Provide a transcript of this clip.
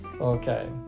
okay